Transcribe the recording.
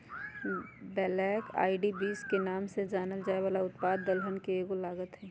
black eyed beans के नाम से जानल जाये वाला उत्पाद दलहन के एगो लागत हई